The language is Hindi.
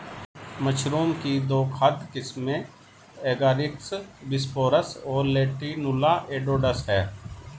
मशरूम की दो खाद्य किस्में एगारिकस बिस्पोरस और लेंटिनुला एडोडस है